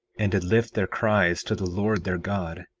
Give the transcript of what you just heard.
and did lift their cries to the lord their god,